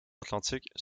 atlantique